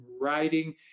writing